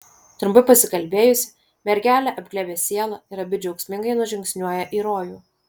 trumpai pasikalbėjusi mergelė apglėbia sielą ir abi džiaugsmingai nužingsniuoja į rojų